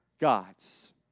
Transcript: gods